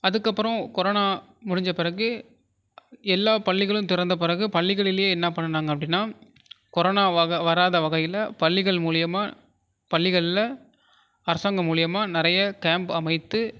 அதுக்கப்புறம் கொரோனா முடிஞ்ச பிறகு எல்லா பள்ளிகளும் திறந்த பிறகு பள்ளிகளில என்ன பண்ணுனாங்க அப்படினா கொரோனா வராத வகையில் பள்ளிகள் மூலியமாக பள்ளிகளில் அரசாங்கம் மூலியமாக நிறைய கேம்ப் அமைத்து